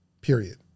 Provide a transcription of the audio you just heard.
Period